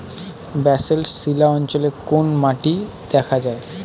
Basalt শিলা অঞ্চলে কোন মাটি দেখা যায়?